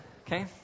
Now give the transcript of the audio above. Okay